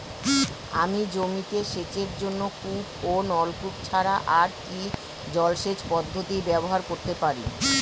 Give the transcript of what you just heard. আমি জমিতে সেচের জন্য কূপ ও নলকূপ ছাড়া আর কি জলসেচ পদ্ধতি ব্যবহার করতে পারি?